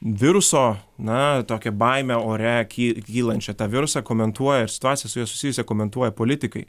viruso na tokią baimę ore ky kylančią tą virusą komentuoja ir situaciją su ja susijusią komentuoja politikai